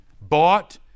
bought